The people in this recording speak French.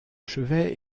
chevet